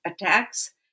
attacks